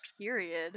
period